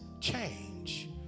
change